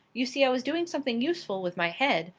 you see i was doing something useful with my head,